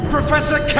Professor